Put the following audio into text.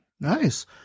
Nice